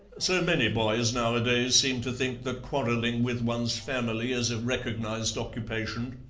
so many boys nowadays seem to think that quarrelling with one's family is a recognized occupation.